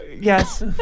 Yes